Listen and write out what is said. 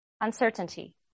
uncertainty